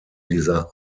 dieser